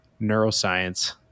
neuroscience